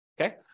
Okay